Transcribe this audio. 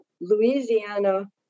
Louisiana